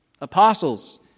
apostles